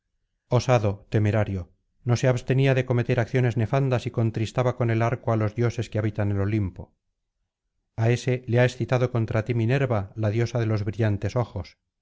osado temerario no se abstenía de cometer acciones nefandas y contristaba con el arco á los dioses que habitan el olimpo a ése le ha excitado contra ti minerva la diosa de los brillantes ojos